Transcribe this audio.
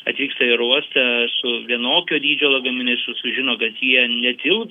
atvyksta į oro uostą su vienokio dydžio lagaminais su sužino kad jie netilps